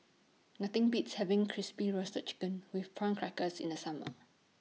Nothing Beats having Crispy Roasted Chicken with Prawn Crackers in The Summer